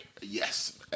Yes